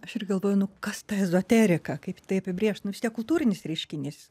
aš ir galvoju nu kas ta ezoterika kaip tai apibrėžt nu tiek kultūrinis reiškinys